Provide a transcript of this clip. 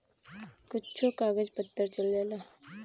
कुच्छो कागज पत्तर चल जाला